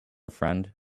friend